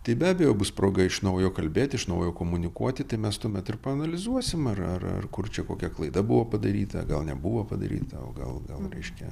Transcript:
tai be abejo bus proga iš naujo kalbėti iš naujo komunikuoti tai mes tuomet ir paanalizuosim ar ar ar kur čia kokia klaida buvo padaryta gal nebuvo padaryta o gal gal reiškia